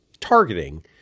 targeting